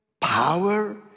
power